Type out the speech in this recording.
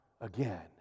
again